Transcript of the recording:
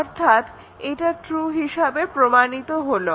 অর্থাৎ এটা ট্রু হিসেবে প্রমাণিত হলো